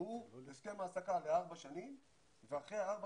הוא הסכם העסקה לארבע שנים ואחרי ארבע